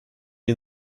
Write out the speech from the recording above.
est